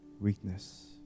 weakness